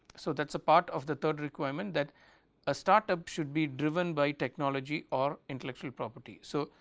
so, that is a part of the third requirement that a start-up should be driven by technology or intellectual property. so,